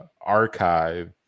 archive